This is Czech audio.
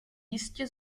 jistě